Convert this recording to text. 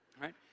Right